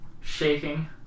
shaking